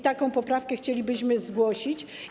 Taką poprawkę chcielibyśmy zgłosić.